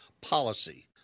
policy